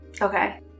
Okay